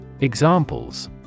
Examples